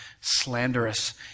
slanderous